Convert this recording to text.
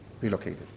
relocated